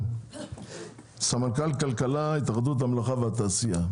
סמנכ"ל כלכלה, התאחדות המלאכה והתעשייה,